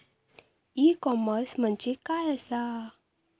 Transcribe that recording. E commerce म्हणजे काय असा?